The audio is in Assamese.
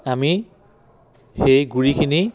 আমি সেই গুড়িখিনি